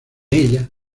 ella